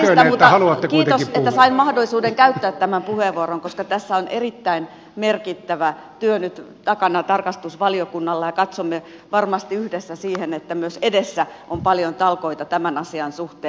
mutta kiitos että sain mahdollisuuden käyttää tämän puheenvuoron koska tässä on erittäin merkittävä työ nyt takana tarkastusvaliokunnalla ja katsomme varmasti yhdessä siihen että myös edessä on paljon talkoita tämän asian suhteen